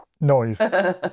noise